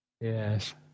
yes